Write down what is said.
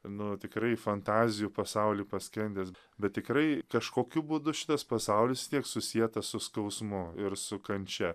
nu tikrai fantazijų pasauly paskendęs bet tikrai kažkokiu būdu šitas pasaulis tiek susietas su skausmu ir su kančia